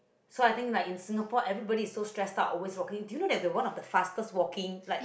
so I think like in Singapore everybody is so stress out always walking do you know that they are one of fastest walking like